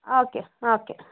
okay okay